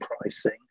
pricing